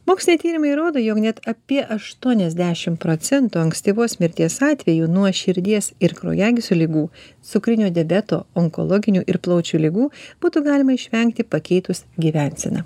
moksliniai tyrimai rodo jog net apie aštuoniasdešim procentų ankstyvos mirties atvejų nuo širdies ir kraujagyslių ligų cukrinio diabeto onkologinių ir plaučių ligų būtų galima išvengti pakeitus gyvenseną